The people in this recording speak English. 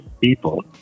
people